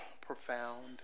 profound